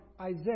Isaiah